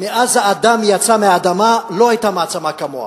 מאז יצא האדם מהאדמה לא היתה מעצמה כמוה,